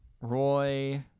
Roy